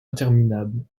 interminable